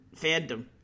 fandom